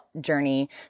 journey